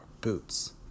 boots